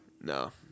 No